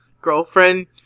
girlfriend